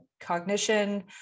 cognition